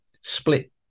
split